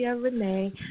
Renee